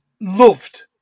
loved